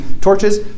torches